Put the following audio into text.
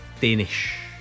Danish